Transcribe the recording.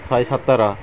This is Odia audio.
ଶହେ ସତର